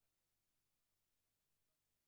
אני לא נגד הבדיקות האלה.